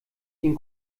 den